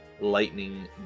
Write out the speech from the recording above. lightning